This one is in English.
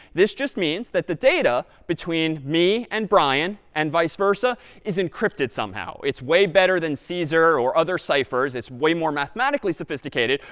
this just means that the data between me and brian and vice versa is encrypted somehow. it's way better than caesar or other ciphers. it's way more mathematically sophisticated.